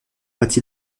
bâti